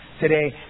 today